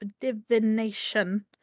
divination